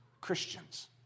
Christians